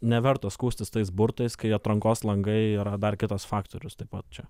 neverta skųstis tais burtais kai atrankos langai yra dar kitas faktorius taip pat čia